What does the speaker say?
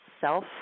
self